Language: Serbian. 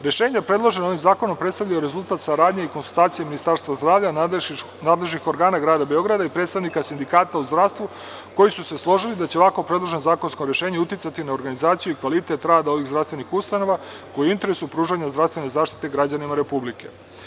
Rešenja predložena ovim zakonom predstavljaju rezultat saradnje i konsultacije Ministarstva zdravlja, nadležnih organa Grada Beograda i predstavnika sindikata u zdravstvu koji su se složili da će ovako predloženo zakonsko rešenje uticati na organizaciju i kvalitet rada ovih zdravstvenih ustanova koje je u interesu pružanja zdravstvene zaštite građanima republike.